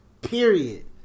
period